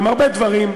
עם הרבה דברים.